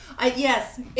Yes